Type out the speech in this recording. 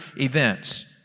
events